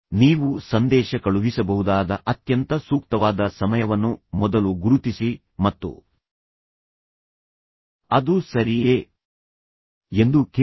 ನೀವು ಸಂದೇಶ ಕಳುಹಿಸಬಹುದಾದ ಅತ್ಯಂತ ಸೂಕ್ತವಾದ ಸಮಯವನ್ನು ಮೊದಲು ಗುರುತಿಸಿ ಮತ್ತು ಅದು ಸರಿಯೇ ಎಂದು ಕೇಳಿ